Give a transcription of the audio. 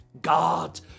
God